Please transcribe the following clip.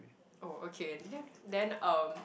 oh okay then then um